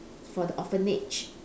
for the orphanage